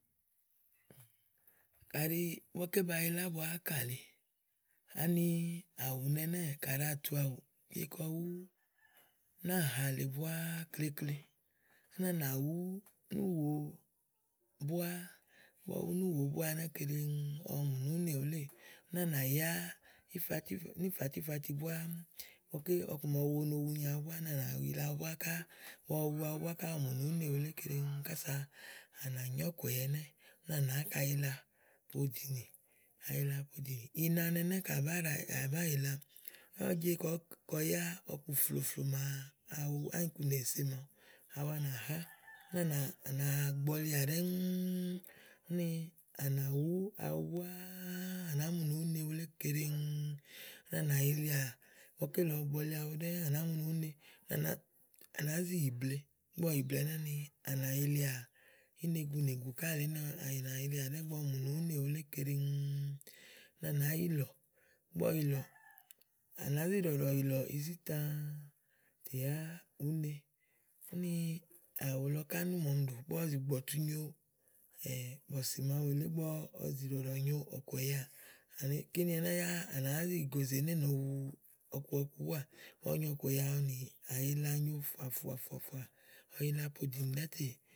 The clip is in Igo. Kàɖí ígbɔké ba yila ábua ákà lèe. ani àwù nɛnɛ́ɛ̀ kàɖi à tu àwù, ùú je kɔ wú náàha lèe búá klekle, úni à nà wú núùwo búá, ígbɔ ɔwɔ wu núùwo búá wulé keɖeŋ ɔwɔ mù ni wèé ne wuléè, úni à nà yá níìfati, níìfati ìfati búá ígbɔké ɔku màa ɔwɔ wunyo wunyo awu búá úni à nà yila awu búá ká ígbɔ ɔwɔ yila awu búá ká ɔwɔ mù ní ùú ne wulé keɖeŋ kása à nà nyó ɔkùɛ̀yɛ ɛnɛ̀ úni à nà áŋka yila podìnì, ayila poɖìnì, ina nɛnɛ̀ kayi à bà ɖàá yila kayi à bá yìla yá ùú je kɔ yá ɔku flòo flòo màaɖu ányiku nì èsèse màawu, awu ànà há úni àná gbɔlià ɖɛ́ŋú, úni à ná wú awu búáá, à nàá mu nì ùú ne wulé keɖeŋ úni à nà yilià ígbɔké lèe ɔwɔ gbɔli awu ɖɛ́ŋú à nàá zi yì ble. ígbɔ ɔwɔ yì ble wulé ɛnɛ́ úni à nà yilià ínegunègù ká elí úni à nà yilià ígbɔ ɔwɔ mù ni ùú ne wulé keɖeŋ úni à nàá yilɔ̀ ígbɔ ɔwɔ yìlɔ̀, à nàá zì ɖɔ̀ɖɔ̀ ízítà tè yá úni, úni àwù lɔ ká úni ɖí màa ɔmi ɖò ígbɔ ɔwɔ zì gbùgbɔ̀ tu nyo bɔ̀sì màawu èle, ígbɔ ɔwɔ zì ɖɔ̀ɖɔ̀ nyo ɔ̀kùɛ̀yɛ, àɖe kíni ɛnɛ́ yá à nàá zi gòozèe ni é nòo wu ɔku búáá à ígbɔ ɔwɔ nyo ɔ̀kùɛ̀yɛ nì àyila nyo fùàfùàfùà ɔwɔ yila poɖìnì búá tè.